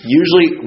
usually